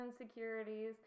insecurities